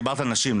דיברת על נשים,